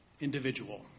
individual